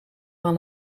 aan